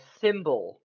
symbol